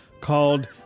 called